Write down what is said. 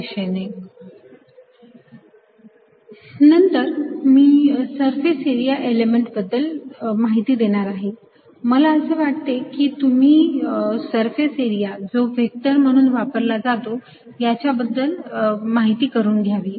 dldxxdyydzz नंतर मी surface area element बद्दल माहिती देणार आहे मला असे वाटते की तुम्ही सरफेस एरिया जो व्हेक्टर म्हणून वापरला जातो याच्याबद्दल माहिती करून घ्यावी